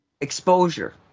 exposure